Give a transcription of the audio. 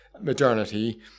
modernity